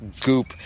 goop